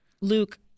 Luke